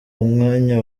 umwanya